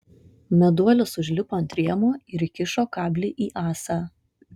meduolis užlipo ant rėmo ir įkišo kablį į ąsą